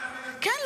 --- כן.